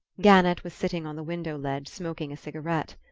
gannett was sitting on the window-ledge smoking a cigarette.